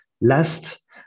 Last